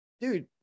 dude